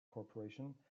corporation